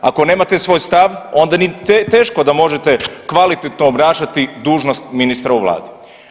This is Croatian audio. Ako nemate svoj stav onda teško da možete kvalitetno obnašati dužnost ministra u vladi.